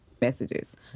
messages